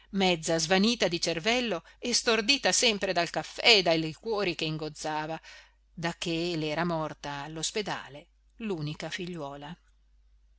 mezzo svanita di cervello e stordita sempre dal caffè e dai liquori che ingozzava dacché le era morta all'ospedale l'unica figliuola